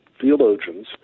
theologians